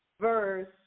verse